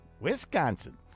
Wisconsin